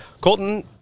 Colton